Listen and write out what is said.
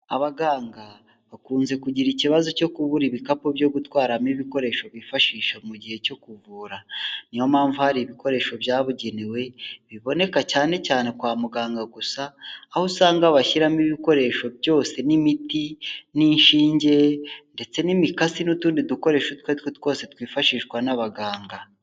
Abaganga bakunze kugira ikibazo cyo kubura ibikapu byo gutwaramo ibikoresho bifashisha mu gihe cyo kuvura. Niyo mpamvu hari ibikoresho byabugenewe biboneka cyane cyane kwa muganga gusa, aho usanga bashyiramo ibikoresho byose n'imiti n'inshinge ndetse n'imikasi n'utundi dukoresho utwo ari two twose twifashishwa n'abaganga.